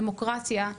דמוקרטיה,